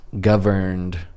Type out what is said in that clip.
governed